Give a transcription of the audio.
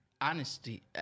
Honesty